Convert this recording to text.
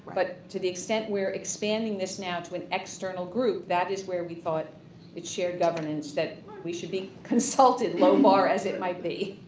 but to the extent where expanding this now to an external group, that is where we thought it's shared governance that we should be consulted low bar as it might be.